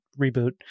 reboot